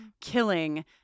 killing